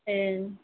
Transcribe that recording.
ओं